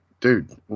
dude